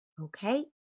Okay